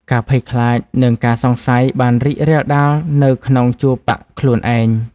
ការភ័យខ្លាច និងការសង្ស័យបានរីករាលដាលនៅក្នុងជួរបក្សខ្លួនឯង។